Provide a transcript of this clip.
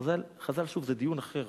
חז"ל, שוב, זה דיון אחר.